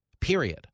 period